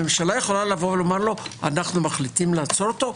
הממשלה יכולה לומר לו: מחליטים לעצור אותו?